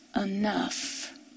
enough